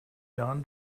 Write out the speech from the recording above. garn